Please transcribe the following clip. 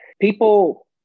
people